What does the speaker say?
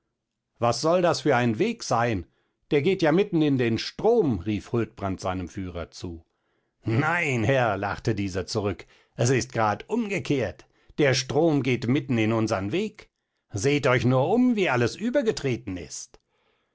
was soll das für ein weg sein der geht ja mitten in den strom rief huldbrand seinem führer zu nein herr lachte dieser zurück es ist grad umgekehrt der strom geht mitten in unsern weg seht euch nur um wie alles übergetreten ist